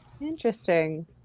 Interesting